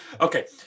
Okay